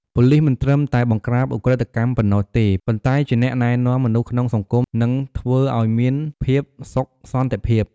ប៉ូលីសមិនត្រឹមតែបង្ក្រាបឧក្រិដ្ឋកម្មប៉ុណ្ណោះទេ ប៉ុន្តែជាអ្នកណែនាំមនុស្សក្នុងសង្គម និងធ្វើអោយមានភាពសុខសន្តិភាព។